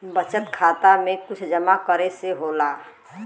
बचत खाता मे कुछ जमा करे से होला?